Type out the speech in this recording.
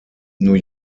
new